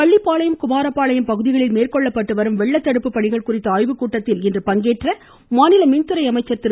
பள்ளிப்பாளையம் குமாரப்பாளையம் பகுதிகளில் மேற்கொள்ளப்பட்டு வரும் வெள்ளத்தடுப்பு பணிகள் குறித்த ஆய்வு கூட்டத்தில் இன்று பங்கேற்ற மாநில மின்துறை அமைச்சர் திரு